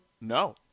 No